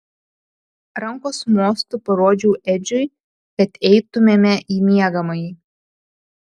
rankos mostu parodžiau edžiui kad eitumėme į miegamąjį